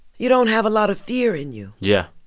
you don't have a lot of fear in you yeah,